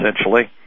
essentially